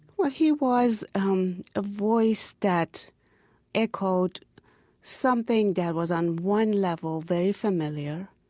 well, he was um a voice that echoed something that was, on one level, very familiar,